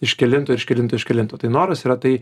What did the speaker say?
iš kelinto iš kelinto iš kelinto tai noras yra tai